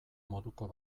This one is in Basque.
moduko